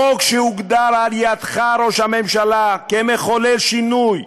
חוק שהוגדר על ידך ראש הממשלה כמחולל שינוי,